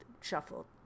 Shuffled